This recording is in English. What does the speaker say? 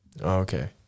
okay